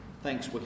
Thanks